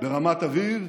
ברמת אביב?